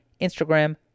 Instagram